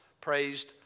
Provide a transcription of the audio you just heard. praised